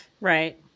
right